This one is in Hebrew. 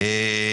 (היו"ר מאיר יצחק-הלוי, 12:08)